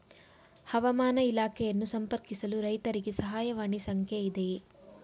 ಹವಾಮಾನ ಇಲಾಖೆಯನ್ನು ಸಂಪರ್ಕಿಸಲು ರೈತರಿಗೆ ಸಹಾಯವಾಣಿ ಸಂಖ್ಯೆ ಇದೆಯೇ?